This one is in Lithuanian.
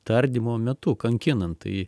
tardymo metu kankinant tai